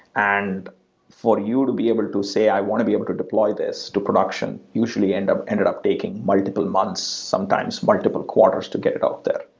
and for you to be able to to say, i want to be able to deploy this to production, usually ended up ended up taking multiple months, sometimes multiple quarters to get it out there.